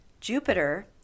Jupiter